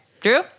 Drew